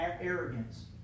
arrogance